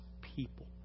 people